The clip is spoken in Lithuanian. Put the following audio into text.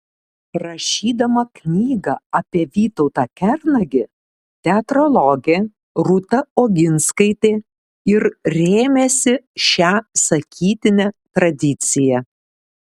rašydama knygą apie vytautą kernagį teatrologė rūta oginskaitė ir rėmėsi šia sakytine tradicija